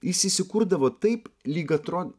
jis įsikurdavo taip lyg atro